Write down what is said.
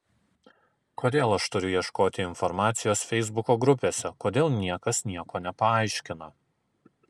kodėl aš turiu ieškoti informacijos feisbuko grupėse kodėl niekas nieko nepaaiškina